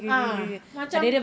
ah macam